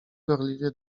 gorliwie